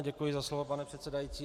Děkuji za slovo, pane předsedající.